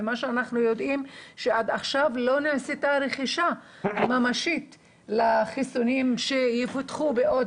אנחנו יודעים שעד עכשיו לא נעשתה רכישה ממשית לחיסונים שיפותחו בעוד